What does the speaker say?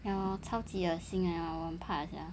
ya lor 超级恶心呀我很怕 sia